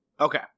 Okay